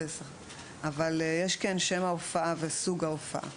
אבל יש שם ההופעה וסוג ההופעה.